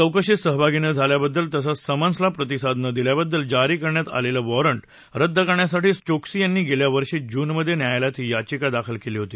चौकशीत सहभागी न झाल्याबद्दल तसंच समन्सला प्रतिसाद न दिल्याबद्दल जारी करण्यात आलेलं वारंट रद्द करण्यासाठी चोक्सी याने गेल्या वर्षी जूनमध्ये न्यायालयात याचिका दाखल केली होती